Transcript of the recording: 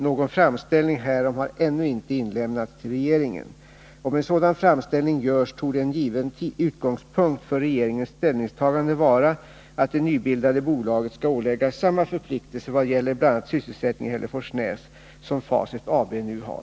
Någon framställning härom har ännu inte inlämnats till regeringen. Om en sådan framställning görs, torde en given utgångspunkt för regeringens ställningstagande vara att det nybildade bolaget skall åläggas samma förpliktelser i vad gäller bl.a. sysselsättningen i Hälleforsnäs som Facit AB nu har.